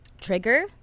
trigger